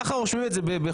ככה רושמים את זה בחוקים.